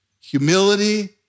Humility